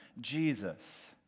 Jesus